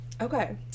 Okay